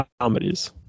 comedies